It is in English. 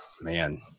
man